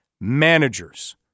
managers